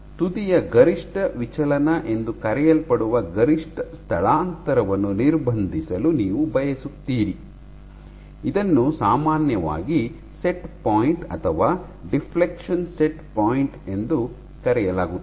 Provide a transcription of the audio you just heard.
ಆದ್ದರಿಂದ ತುದಿಯ ಗರಿಷ್ಠ ವಿಚಲನ ಎಂದು ಕರೆಯಲ್ಪಡುವ ಗರಿಷ್ಠ ಸ್ಥಳಾಂತರವನ್ನು ನಿರ್ಬಂಧಿಸಲು ನೀವು ಬಯಸುತ್ತೀರಿ ಇದನ್ನು ಸಾಮಾನ್ಯವಾಗಿ ಸೆಟ್ ಪಾಯಿಂಟ್ ಅಥವಾ ಡಿಫ್ಲೆಕ್ಷನ್ ಸೆಟ್ ಪಾಯಿಂಟ್ ಎಂದು ಕರೆಯಲಾಗುತ್ತದೆ